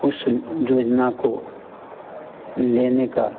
उस योजना को लेने का